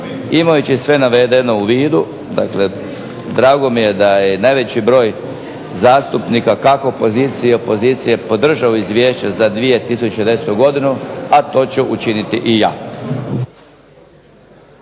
Imajući sve navedeno u vidu, dakle drago mi je da je i najveći broj zastupnika kako pozicije i opozicije podržao Izvješće za 2010. godinu, a to ću učiniti i ja.